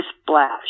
splash